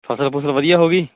ਫਸਲ ਫੁਸਲ ਵਧੀਆ ਹੋ ਗਈ